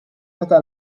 meta